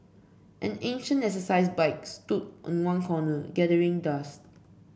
an ancient exercise bike stood in one corner gathering dust